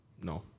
No